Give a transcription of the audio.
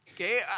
okay